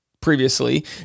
previously